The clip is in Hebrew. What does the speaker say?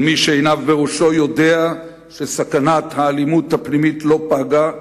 כל מי שעיניו בראשו יודע שסכנת האלימות הפנימית לא פגה,